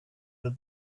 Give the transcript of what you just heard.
that